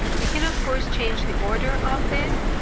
we can of course change the order of this,